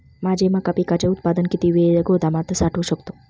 माझे मका पिकाचे उत्पादन किती वेळ गोदामात साठवू शकतो?